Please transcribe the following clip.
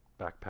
backpack